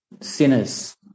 sinners